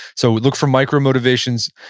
so look for micro motivations,